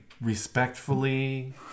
respectfully